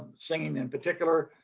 singing in particular,